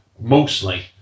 mostly